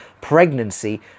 pregnancy